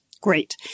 Great